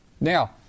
Now